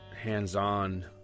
hands-on